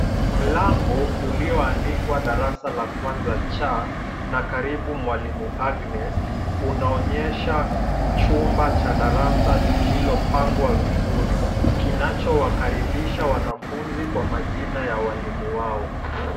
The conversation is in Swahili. Mlango ulioandikwa darasa la kwanza C na karibu mwalimu Agnes, unaonyesha chumba cha darasa lililopangwa vizuri, kinachowakaribisha wanafunzi kwa majina ya walimu wao.